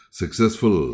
successful